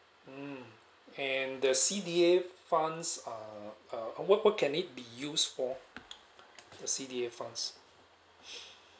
mm and the C_D_A fund are uh what what can it be used for the C_D_A fund